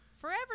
forever